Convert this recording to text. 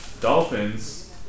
Dolphins